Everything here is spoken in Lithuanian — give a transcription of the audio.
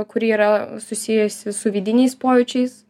kuri yra susijusi su vidiniais pojūčiais